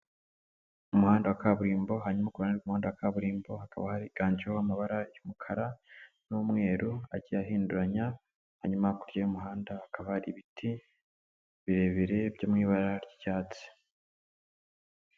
Umuhanda wa kaburimbo hanyuma kuruhande rw'umuhanda wa kaburimbo hakaba hariganjemo amabara y'umukara n'umweru agiye ahinduranya. Hanyuma hakurya y'umuhanda hakabara hari ibiti birebire byo mu ibara ry'icyatsi.